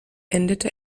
endete